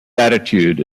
attitude